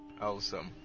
Awesome